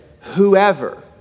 whoever